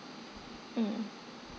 mm